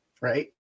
Right